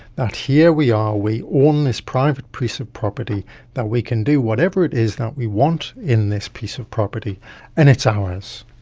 that here we are, we own this private piece of property that we can do whatever it is that we want in this piece of property and it's ours.